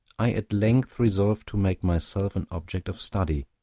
i at length resolved to make myself an object of study,